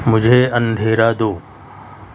مجھے اندھیرا دو